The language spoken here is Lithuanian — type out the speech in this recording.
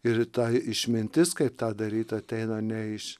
ir ta išmintis kaip tą daryt ateina ne iš